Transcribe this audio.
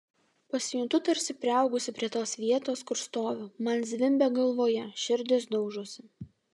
pasijuntu tarsi priaugusi prie tos vietos kur stoviu man zvimbia galvoje širdis daužosi